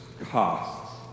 costs